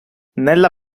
nella